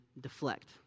deflect